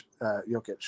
Jokic